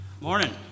Morning